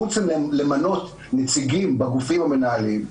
חוץ מלמנות נציגים בגופים המנהלים,